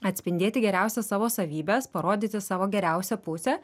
atspindėti geriausias savo savybes parodyti savo geriausią pusę